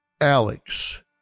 Alex